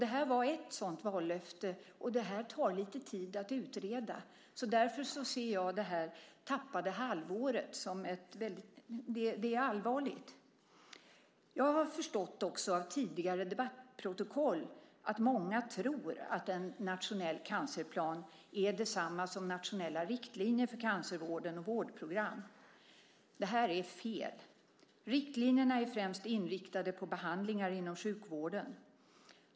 Detta var ett sådant vallöfte, och det tar lite tid att utreda. Därför ser jag det tappade halvåret som allvarligt. Jag har också av tidigare debattprotokoll förstått att många tror att en nationell cancerplan är detsamma som nationella riktlinjer för cancervården och vårdprogram. Det är fel. Riktlinjerna är främst inriktade på behandlingar inom sjukvården.